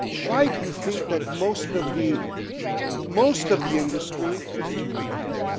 why do you think that most of the most of the industry is unionized?